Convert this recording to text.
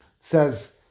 says